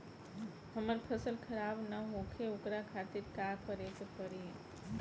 हमर फसल खराब न होखे ओकरा खातिर का करे के परी?